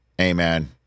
Amen